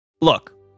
Look